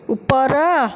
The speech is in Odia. ଉପର